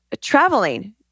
Traveling